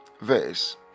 verse